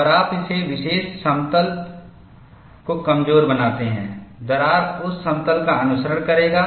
और आप इस विशेष समतल को कमजोर बनाते हैं दरार उस समतल का अनुसरण करेगा